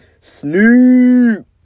Snoop